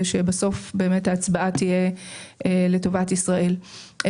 שבסוף באמת ההצבעה תהיה לטובת ישראל.